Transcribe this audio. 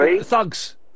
Thugs